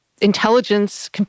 intelligence